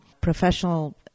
professional